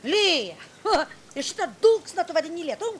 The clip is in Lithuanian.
lyja o ir šitą dulksną tu vadini lietum